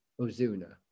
Ozuna